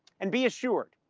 and be assured,